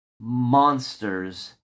monsters